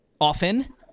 often